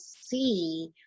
see